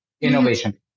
innovation